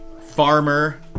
farmer